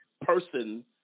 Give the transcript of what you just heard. person